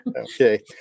Okay